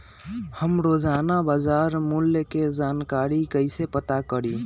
हम रोजाना बाजार मूल्य के जानकारी कईसे पता करी?